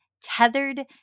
tethered